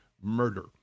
murder